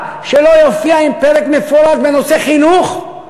שלא יופיע עם פרק מפורש בנושא חינוך,